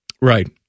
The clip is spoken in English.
Right